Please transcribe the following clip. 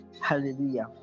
hallelujah